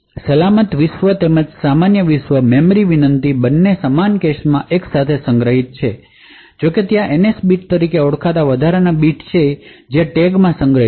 સલામત વિશ્વ તેમજ સામાન્ય વિશ્વની મેમરી વિનંતી બંને સમાન કેશમાં એક સાથે સંગ્રહિત છે જો કે ત્યાં એનએસ બીટ તરીકે ઓળખાતા વધારાના બીટ છે જે ટેગમાં સંગ્રહિત છે